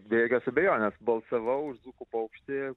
be jokios abejonės balsavau už dzūkų paukštį